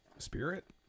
spirit